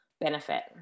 benefit